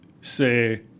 say